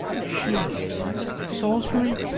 she salisbury,